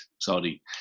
sorry